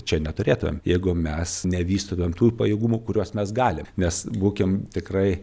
čia neturėtumėm jeigu mes nevystytumėm tų pajėgumų kuriuos mes galim nes būkim tikrai